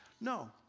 no